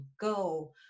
go